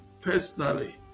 personally